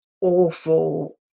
awful